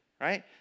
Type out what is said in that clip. right